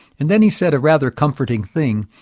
and then he said a rather comforting thing.